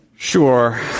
Sure